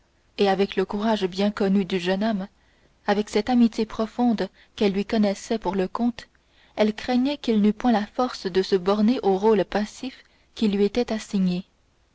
et avec le courage bien connu du jeune homme avec cette amitié profonde qu'elle lui connaissait pour le comte elle craignait qu'il n'eût point la force de se borner au rôle passif qui lui était assigné